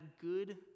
good